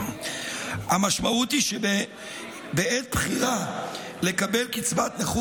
המשמעות היא שבעת בחירה לקבל קצבת נכות